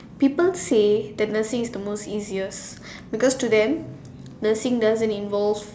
people say that nursing is the most easiest because to them nursing doesn't involve